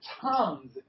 tongues